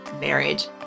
marriage